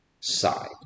side